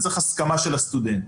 צריך הסכמה של הסטודנט.